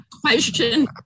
question